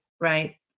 Right